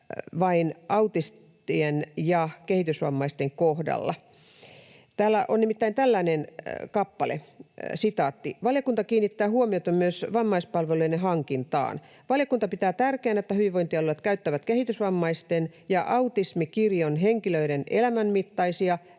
vain autistien ja kehitysvammaisten kohdalla. Täällä on nimittäin tällainen kappale: ”Valiokunta kiinnittää huomiota myös vammaispalvelujen hankintaan. Valiokunta pitää tärkeänä, että hyvinvointialueet käyttävät kehitysvammaisten ja autismikirjon henkilöiden elämänmittaisia,